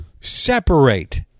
separate